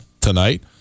tonight